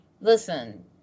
listen